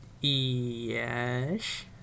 Yes